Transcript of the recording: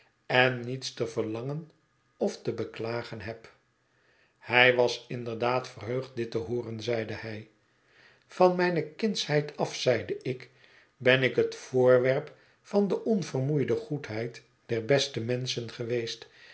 en niets te verlangen of te beklagen heb hij was inderdaad verheugd dit te hooren zeide hij van mijne kindsheid af zeide ik ben ik het voorwerp van de onvermoeide goedheid der beste menschen geweest